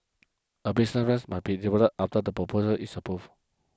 a businesses must be developed after the proposal is approved